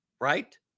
right